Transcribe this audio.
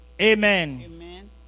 Amen